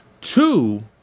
Two